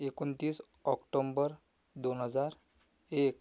एकोणतीस ऑक्टोंबर दोन हजार एक